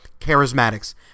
Charismatics